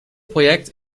project